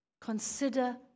Consider